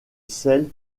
celles